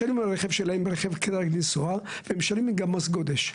משלמים על רכב שלהם כדי רק לנסוע ומשלמים גם מס גודש.